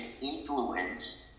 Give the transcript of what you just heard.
influence